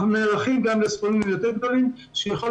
אנחנו נערכים גם לסכומים גדולים יותר שיכול